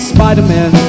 Spider-Man